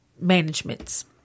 managements